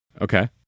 Okay